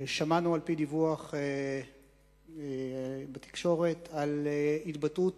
חברי הכנסת, שמענו על-פי דיווח בתקשורת על התבטאות